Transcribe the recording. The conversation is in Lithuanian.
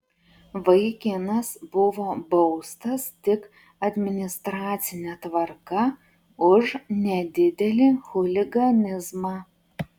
vaikinas buvo baustas tik administracine tvarka už nedidelį chuliganizmą